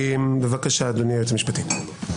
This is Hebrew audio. בבקשה, אדוני היועץ המשפטי.